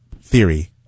theory